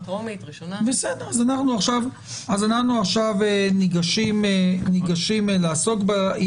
אז אנחנו עכשיו ניגשים לעסוק בה.